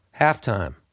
Halftime